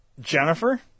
Jennifer